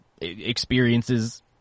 experiences